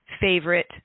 favorite